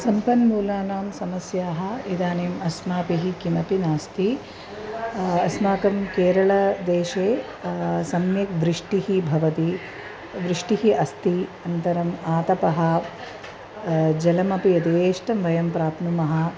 सम्पन्मूलानां समस्याः इदानीम् अस्माभिः किमपि नास्ति अस्माकं केरलदेशे सम्यक् वृष्टिः भवति वृष्टिः अस्ति अन्तरम् आतपः जलमपि यदेष्टं वयं प्राप्नुमः